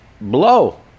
blow